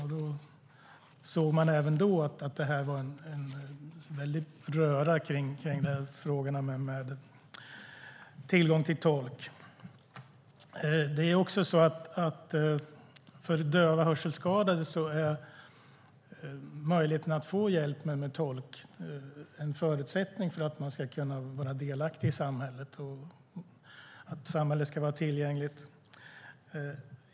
Även då såg man att det är en röra kring frågorna om tillgång till tolk. För döva och hörselskadade är möjligheten att få hjälp med tolk en förutsättning för att man ska kunna vara delaktig i samhället och för att samhället ska vara tillgängligt.